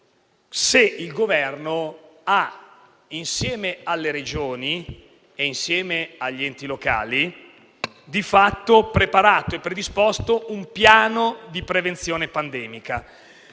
se il Governo, insieme alle Regioni e agli enti locali, abbia di fatto preparato e predisposto un piano di prevenzione pandemica.